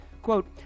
Quote